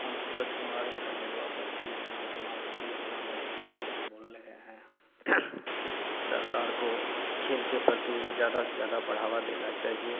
हम सूरज कुमार घर जलुआपट्टी थाना कुमारखंड ज़िला मधेपुरा से बोल रहे हैं सरकार को खेल के प्रति ज़्यादा से ज़्यादा बढ़ावा देना चाहिए